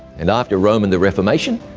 and after rome and the reformation,